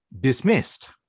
dismissed